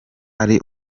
ari